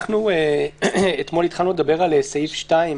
אתמול התחלנו לדבר על סעיף 2,